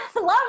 love